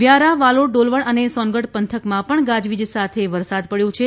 વ્યારા વાલોડ ડોલવણ અને સોનગઢ પંથકમાં ગાજવીજ સાથે વરસાદ પડ્યો હતો